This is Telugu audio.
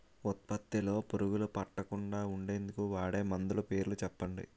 ఉత్పత్తి లొ పురుగులు పట్టకుండా ఉండేందుకు వాడే మందులు పేర్లు చెప్పండీ?